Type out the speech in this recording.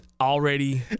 Already